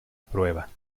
prueba